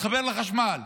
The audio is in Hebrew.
להתחבר לחשמל.